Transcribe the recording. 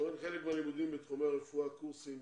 חלק מהלימודים בתחומי הרפואה, קורסים